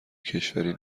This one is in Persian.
کشوری